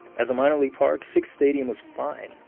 as a minor league park, sick's stadium was fine.